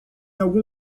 algum